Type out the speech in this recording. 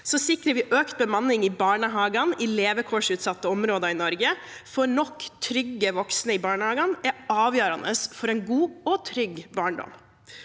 Vi sikrer økt bemanning i barnehagene i levekårsutsatte områder i Norge, for nok trygge voksne i barnehagene er avgjørende for en god og trygg barndom.